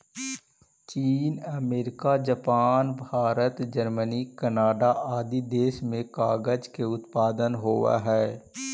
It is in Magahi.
चीन, America, Japan, Bharat, Germany, Canada आदि देश में कागज के उत्पादन होवऽ हई